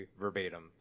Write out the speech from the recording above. verbatim